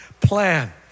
plan